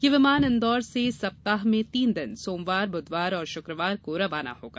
यह विमान इंदौर से सप्ताह में तीन दिन सोमवार बूधवार और शुक्रवार को रवाना होगा